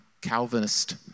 Calvinist